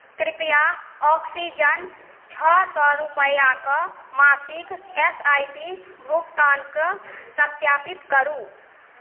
कृपया ऑक्सीजन छओ सओ रुपैआके मासिक एस आइ पी भुगतानकेँ सत्यापित करू